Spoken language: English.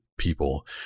people